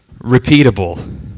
repeatable